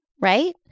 right